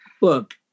Look